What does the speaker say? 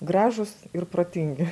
gražūs ir protingi